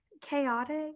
Chaotic